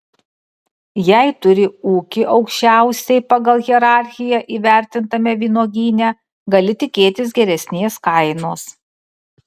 jei turi ūkį aukščiausiai pagal hierarchiją įvertintame vynuogyne gali tikėtis geresnės kainos